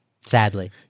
Sadly